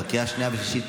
בקריאה השנייה והשלישית,